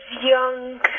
young